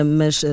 mas